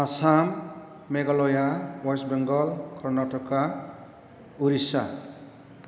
Assam Meghalaya West Bengal Karnataka Orissa